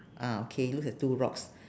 ah okay looks like two rocks